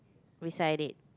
beside it